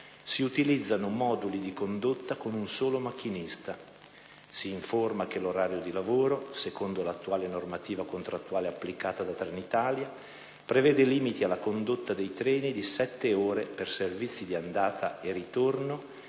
si utilizzano moduli di condotta con un solo macchinista. Si informa che 1'orario di lavoro, secondo 1'attuale normativa contrattuale applicata da Trenitalia, prevede limiti alla condotta dei treni di 7 ore per servizi di andata e ritorno